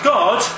God